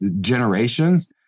generations